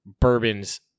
bourbons